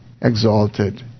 exalted